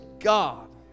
God